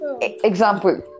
Example